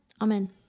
Amen